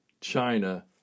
China